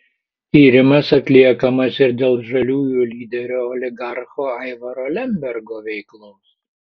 tyrimas atliekamas ir dėl žaliųjų lyderio oligarcho aivaro lembergo veiklos